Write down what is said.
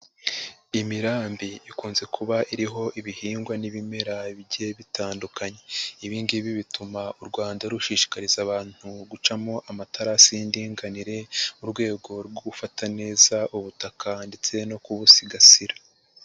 Imirambi ikunze kuba iriho ibihingwa n'ibimera bigiye bitandukanye. Ibingibi bituma u Rwanda rushishikariza abantu guca amatarasi y'indinganire mu rwego rwo gufata neza ubutaka ndetse no kubusigasira.